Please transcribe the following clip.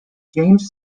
james